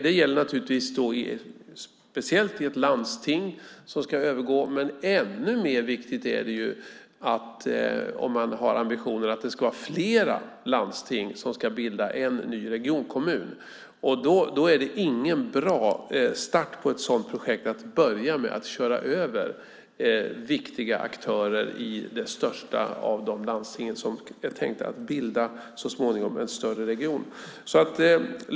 Det gäller speciellt i ett landsting som ska övergå till region, men ännu mer viktigt är det när ambitionen finns att det ska vara flera landsting som ska bilda en ny regionkommun. Då är det ingen bra start på ett sådant projekt att börja med att köra över viktiga aktörer i det största av de landsting som är tänkta att så småningom bilda en större region.